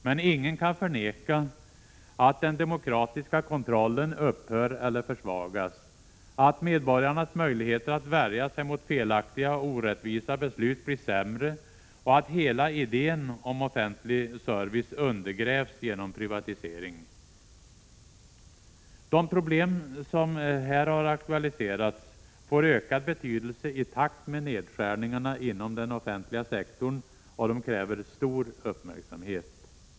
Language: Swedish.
Men ingen kan förneka att den demokratiska kontrollen upphör eller försvagas, att medborgarnas möjligheter att värja sig mot felaktiga eller orättvisa beslut blir sämre och att hela idén om offentlig service undergrävs genom privatisering. De problem som här har aktualiserats får ökad betydelse i takt med nedskärningarna inom den offentliga sektorn, och de kräver stor uppmärksamhet.